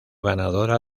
ganadora